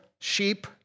sheep